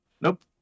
Nope